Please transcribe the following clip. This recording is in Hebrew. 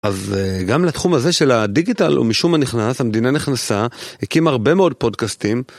אז גם לתחום הזה של הדיגיטל הוא משום מה נכנס, המדינה נכנסה, הקים הרבה מאוד פודקאסטים.